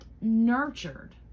nurtured